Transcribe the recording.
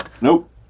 Nope